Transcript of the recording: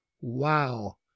wow